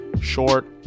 short